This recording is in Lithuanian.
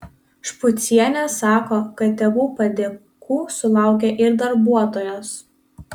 špucienė sako kad tėvų padėkų sulaukia ir darbuotojos